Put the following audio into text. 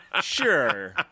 Sure